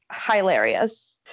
Hilarious